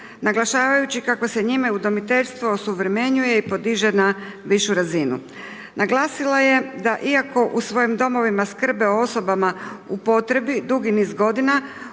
naglašavajući kako se njime udomiteljstvo osuvremenjuje i podiže na višu razinu. Naglasila je da iako u svojim domovima skrbe o osobama u potrebi dugi niz godina